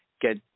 get